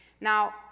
Now